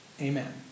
amen